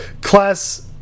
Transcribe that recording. class